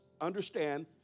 understand